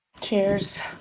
Cheers